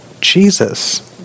Jesus